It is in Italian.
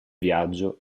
viaggio